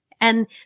And-